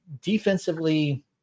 defensively